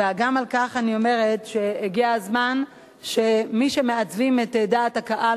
וגם על כך אני אומרת שהגיע הזמן שמי שמעצבים את דעת הקהל,